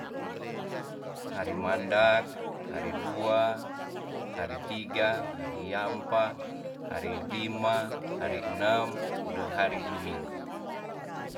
Hari mandat, hari dua, hari tiga, hari ampa, hari lima, hari enem, de hari duminggu